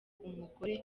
umugore